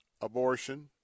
abortion